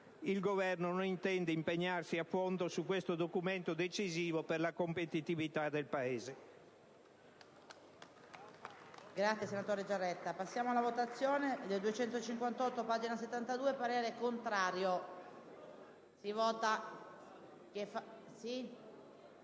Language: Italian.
l'Esecutivo non intende impegnarsi a fondo su questo documento decisivo per la competitività del Paese.